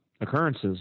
occurrences